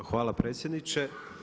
Hvala predsjedniče.